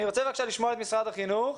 אני רוצה לשמוע את משרד החינוך,